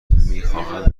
میخواهند